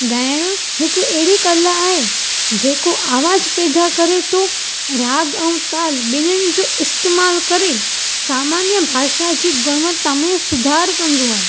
ॻाइणु हिकु अहिड़ी कला आहे जेको आवाज़ु पैदा करे थो राग ऐं ताल ॿिन्हिनि जो इस्तेमाल करे सामान्य भाषा जी गुणवत्ता में सुधार कंदो आहे